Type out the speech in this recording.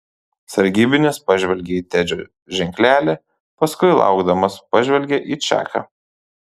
sargybinis pažvelgė į tedžio ženklelį paskui laukdamas pažvelgė į čaką